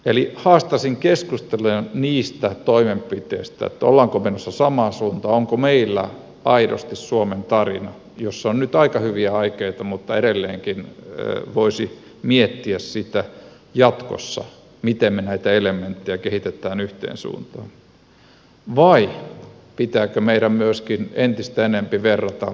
eli haastaisin keskusteluja niistä toimenpiteistä että olemmeko menossa samaan suuntaan onko meillä aidosti suomen tarina jossa on nyt aika hyviä aikeita mutta edelleenkin voisi miettiä jatkossa sitä miten me näitä elementtejä kehitämme yhteen suuntaan vai pitääkö meidän myöskin entistä enempi verrata naapureihin